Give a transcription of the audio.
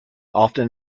often